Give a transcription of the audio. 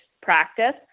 practice